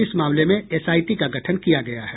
इस मामले में एसआईटी का गठन किया गया है